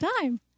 time